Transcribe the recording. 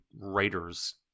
writers